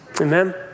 Amen